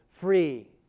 free